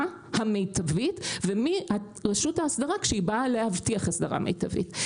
המיטבית ומרשות האסדרה כשהיא באה להבטיח אסדרה מיטבית.